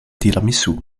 tiramisu